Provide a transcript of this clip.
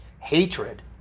hatred